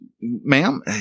ma'am